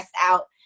out